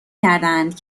کردند